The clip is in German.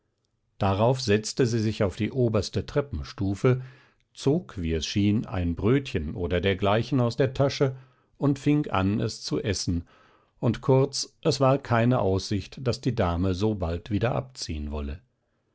darauf setzte sie sich auf die oberste treppenstufe zog wie es schien ein brötchen oder dergleichen aus der tasche und fing an es zu essen und kurz es war keine aussicht daß die dame so bald wieder abziehen wolle